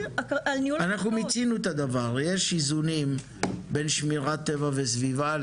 -- יש איזונים בין שמירת טבע וסביבה,